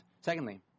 Secondly